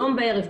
היום בערב,